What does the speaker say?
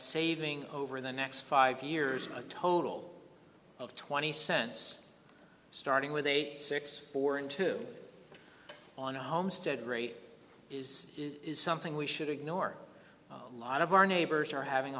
saving over the next five years a total of twenty cents starting with eight six four and two on a homestead rate is something we should ignore a lot of our neighbors are having